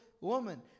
woman